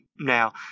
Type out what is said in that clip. Now